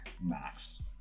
max